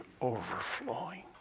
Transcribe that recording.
overflowing